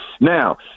Now